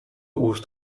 ust